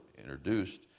introduced